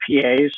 PAs